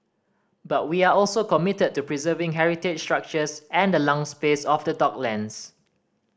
but we are also committed to preserving heritage structures and the lung space of the docklands